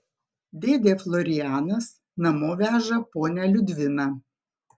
dėdė florianas namo veža ponią liudviną